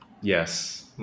Yes